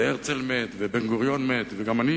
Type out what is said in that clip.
הרצל מת, ובן-גוריון מת וגם אני